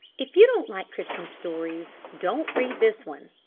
if you don't like christmas stories, don't read this one!